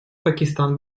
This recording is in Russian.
пакистан